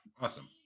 Awesome